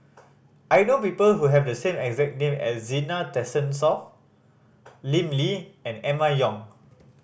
I know people who have the same exact name as Zena Tessensohn Lim Lee and Emma Yong